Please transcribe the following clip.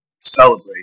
celebrate